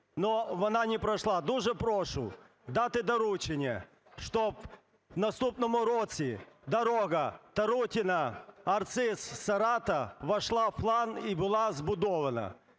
але вона не пройшла. Дуже прошу дати доручення, щоб у наступному році дорога Тарутине – Арциз – Сарата увійшла в план і була збудована.